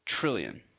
trillion